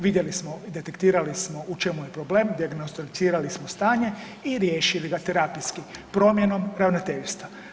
Vidjeli smo, detektirali smo u čemu je problem, dijagnosticirali smo stanje i riješili ga terapijski promjenom ravnateljstva.